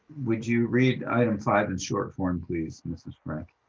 would you read item five in short form, please, ms. frank?